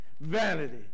vanity